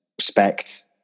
respect